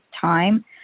time